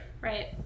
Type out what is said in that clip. Right